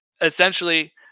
essentially